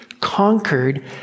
conquered